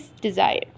desire